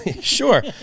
Sure